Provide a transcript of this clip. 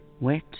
wet